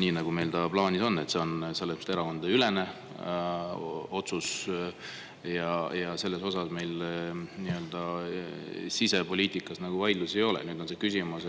nii nagu meil ka plaanis on? See on erakondadeülene otsus ja selles osas meil sisepoliitikas vaidlusi ei ole. Nüüd on see küsimus: